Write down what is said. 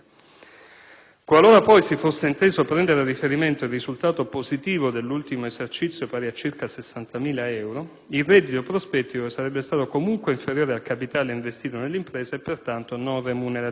Qualora poi si fosse inteso prendere a riferimento il risultato positivo dell'ultimo esercizio, pari a circa 60.000 euro, il reddito prospettico sarebbe stato comunque inferiore al capitale investito nell'impresa e, pertanto, non remunerativo.